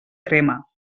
crema